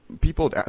people